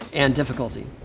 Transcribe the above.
and difficulty.